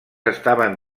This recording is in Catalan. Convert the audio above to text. estaven